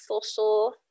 social